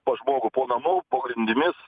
pas žmogų po namu po grindimis